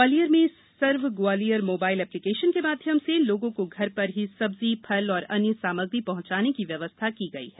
ग्वालियर में Sarv Gwalior mobile application के माध्यम से लोगों को घर पर ही सब्जी फल और अन्य सामग्री पहॅचाने की व्यवस्था की गई है